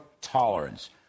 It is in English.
tolerance